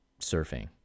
surfing